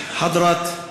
(אומר בערבית: